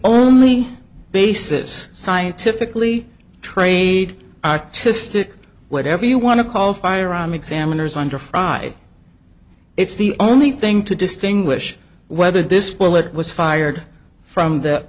only basis scientifically trade artistic whatever you want to call firearm examiners under friday it's the only thing to distinguish whether this bullet was fired from th